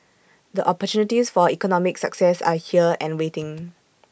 the opportunities for economic success are here and waiting